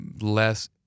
less